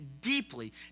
deeply